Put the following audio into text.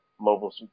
Mobile